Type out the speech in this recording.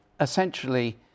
essentially